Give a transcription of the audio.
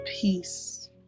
peace